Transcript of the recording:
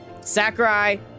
Sakurai